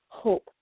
Hope